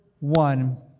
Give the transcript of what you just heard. one